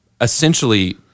essentially